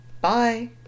Bye